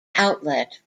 outlet